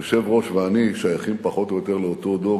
היושב-ראש ואני שייכים פחות או יותר לאותו דור,